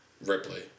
Ripley